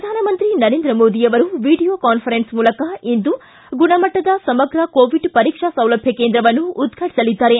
ಪ್ರಧಾನಮಂತ್ರಿ ನರೇಂದ್ರ ಮೋದಿ ಅವರು video conference ಮೂಲಕ ಇಂದು ಗುಣಮಟ್ಟದ ಸಮಗ್ರ ಕೋವಿಡ್ ಪರೀಕ್ಷಾ ಸೌಲಭ್ಯ ಕೇಂದ್ರವನ್ನು ಉದ್ಘಾಟಸಲಿದ್ದಾರೆ